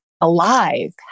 alive